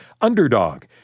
Underdog